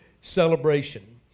celebration